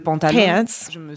pants